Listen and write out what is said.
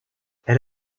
elle